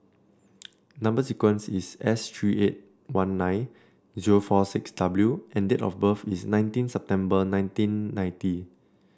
number sequence is S three eight one nine zero four six W and date of birth is nineteen September nineteen ninety